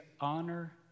honor